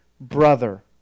brother